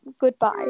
Goodbye